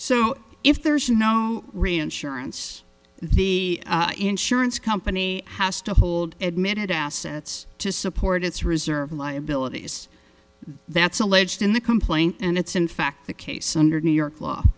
so if there is no reinsurance the insurance company has to hold admitted assets to support its reserve liabilities that's alleged in the complaint and it's in fact the case under new york law